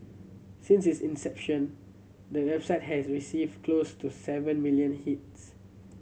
since its inception the website has received close to seven million hits